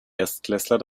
erstklässler